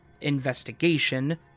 investigation